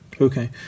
Okay